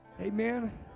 amen